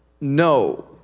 No